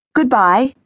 Goodbye